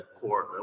Core